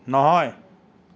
নহয়